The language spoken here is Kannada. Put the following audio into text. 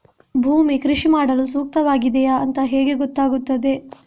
ಭೂಮಿ ಕೃಷಿ ಮಾಡಲು ಸೂಕ್ತವಾಗಿದೆಯಾ ಅಂತ ಹೇಗೆ ಗೊತ್ತಾಗುತ್ತದೆ?